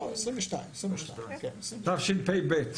לא, 2022. תשפ"ב.